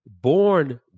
born